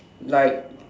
like